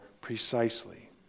precisely